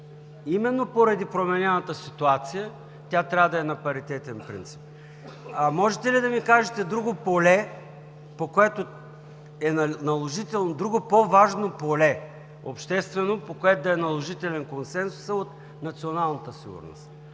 именно поради променената ситуация тя трябва да е на паритетен принцип. Можете ли да ми кажете друго по-важно обществено поле, по което да е по-наложителен консенсусът от националната сигурност?